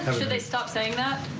um should they stop saying that?